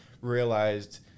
realized